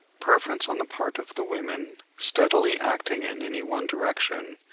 preference on the part of the women, steadily acting in any one direction,